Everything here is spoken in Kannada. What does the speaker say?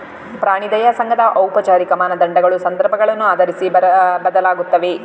ಪ್ರಾಣಿ ದಯಾ ಸಂಘದ ಔಪಚಾರಿಕ ಮಾನದಂಡಗಳು ಸಂದರ್ಭಗಳನ್ನು ಆಧರಿಸಿ ಬದಲಾಗುತ್ತವೆ